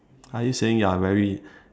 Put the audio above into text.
are you saying you are very